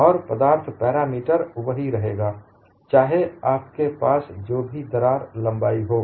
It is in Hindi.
और पदार्थ पैरामीटर वही रहेगा चाहे आपके पास जो भी दरार लम्बाई हों